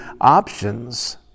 options